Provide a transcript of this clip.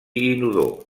inodor